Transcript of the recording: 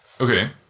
Okay